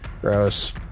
Gross